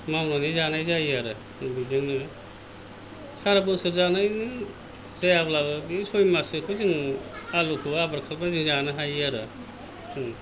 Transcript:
मावनानै जानाय जायो आरो जों बेजोंनो सारा बोसोर जानाय जायाब्लाबो बे सय मास सोखौ जों आलुखौ आबाद खालामनानै जानो हायो आरो जों